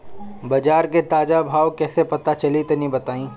बाजार के ताजा भाव कैसे पता चली तनी बताई?